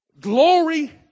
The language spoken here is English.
glory